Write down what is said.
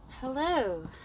Hello